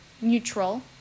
neutral